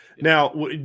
Now